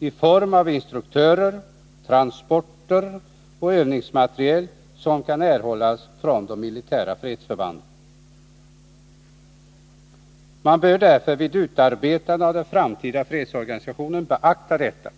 i form av instruktörer, transporter och övningsmateriel som kan erhållas från de militära fredsförbanden. Man bör därför vid utarbetandet av den framtida fredsorganisationen beakta detta.